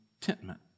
contentment